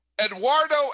Eduardo